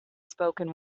spoken